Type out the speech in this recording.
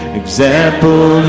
example